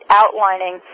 outlining